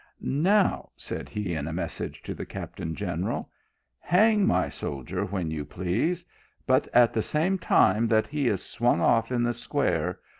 now, said he, in a message to the captain-general, hang my soldier when you please but at the same time that he is swung off in the square,